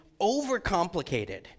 overcomplicated